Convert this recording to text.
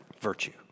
virtue